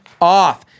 off